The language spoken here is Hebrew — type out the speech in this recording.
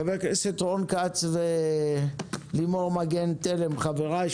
חברי הכנסת רון כץ ולימור מגן תלם,